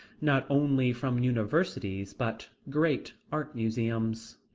not only from universities, but great art museums.